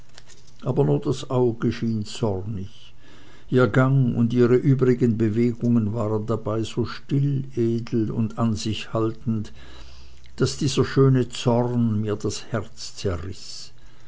aber nur das auge schien zornig ihr gang und ihre übrigen bewegungen waren dabei so still edel und an sich haltend daß dieser schöne zorn mir das herz zerriß